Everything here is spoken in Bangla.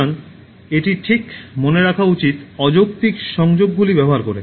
সুতরাং এটি ঠিক মনে রাখা উচিত অযৌক্তিক সংযোগগুলি ব্যবহার করে